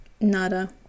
Nada